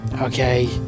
okay